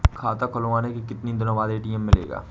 खाता खुलवाने के कितनी दिनो बाद ए.टी.एम मिलेगा?